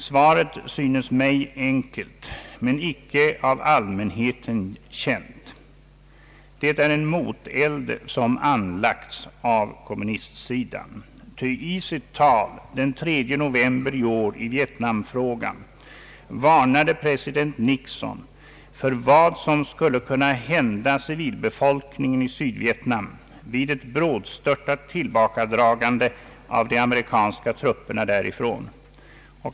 Svaret synes mig enkelt men inte av allmänheten känt. Det är en moteld som anlagts av kommunistsidan, ty i sitt tal den 3 november i år i Vietnamfrågan varnade president Nixon för vad som skulle kunna hända civilbefolkningen i Sydvietnam vid ett brådstörtat tillbakadragande av de amerikanska trupperna därifrån.